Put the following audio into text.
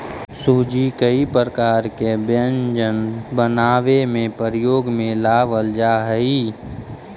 सूजी कई प्रकार के व्यंजन बनावे में प्रयोग में लावल जा हई